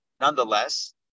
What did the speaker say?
nonetheless